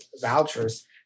vouchers